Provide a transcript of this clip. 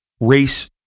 race